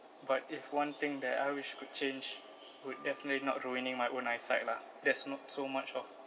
but if one thing that I wish I could change would definitely not ruining my own eyesight lah that's not so much of